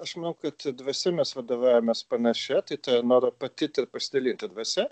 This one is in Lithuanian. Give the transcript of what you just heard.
aš manau kad dvasia mes vadovaujamės panašia tai noriu patirti ir pasidalinti dvasia